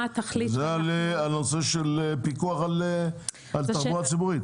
מה התכלית שאנחנו --- זה על הנושא של פיקוח על תחבורה ציבורית.